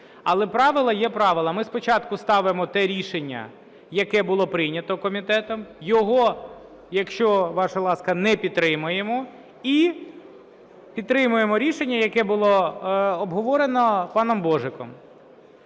Але правила є правила. Ми спочатку ставимо те рішення, яке було прийнято комітетом. Його, якщо ваша ласка, не підтримаємо і підтримаємо рішення, яке було обговорено паном Божиком.